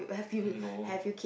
no